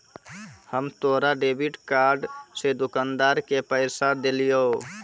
हम तोरा debit card से दुकानदार के पैसा देलिहों